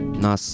Nas